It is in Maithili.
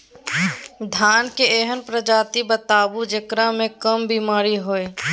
धान के एहन प्रजाति बताबू जेकरा मे कम बीमारी हैय?